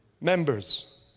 members